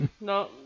No